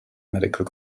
medical